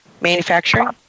manufacturing